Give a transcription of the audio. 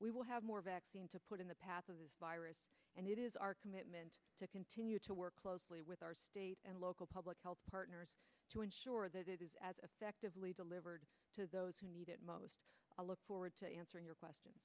we will have more vaccine to put in the path of the virus and it is our commitment to continue to work closely with our state and local public health partners to ensure that it is as affectively delivered to those who need it most i look forward to answering your question